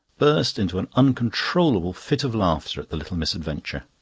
burst into an uncontrollable fit of laughter at the little misadventure.